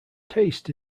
taste